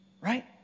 Right